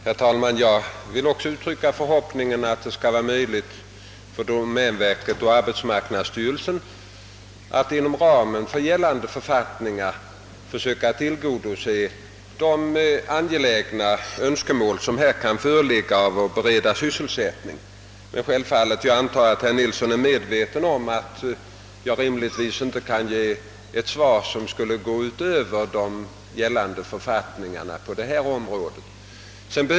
Herr talman! Jag vill också uttrycka förhoppningen att det skall vara möjligt för domänverket och arbetsmarknadsstyrelsen att inom ramen för gällande författningar tillgodose de angelägna önskemål som här kan föreligga om beredande av sysselsättning. Jag antar att herr Nilsson i Tvärålund är medveten om att jag inte rimligtvis kan gå utöver de gällande författningarna på detta område.